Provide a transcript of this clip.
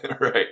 right